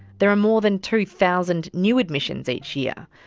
there are more than two thousand new admissions each year.